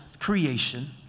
creation